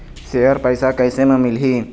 Share पैसा कैसे म मिलही?